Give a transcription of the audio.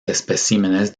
especímenes